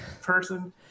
person